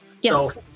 Yes